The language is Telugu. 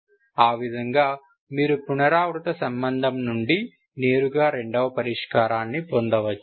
ఆ విధంగా మీరు పునరావృత సంబంధం నుండి నేరుగా రెండవ పరిష్కారాన్ని పొందవచ్చు